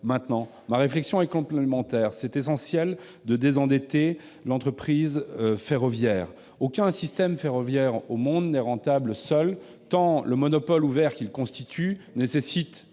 maintenant. Ma réflexion est complémentaire. Il est essentiel de désendetter l'entreprise ferroviaire. Aucun système ferroviaire au monde n'est rentable seul, tant le monopole ouvert qu'il constitue nécessite